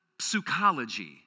psychology